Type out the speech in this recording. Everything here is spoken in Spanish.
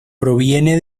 proviene